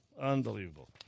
unbelievable